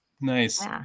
nice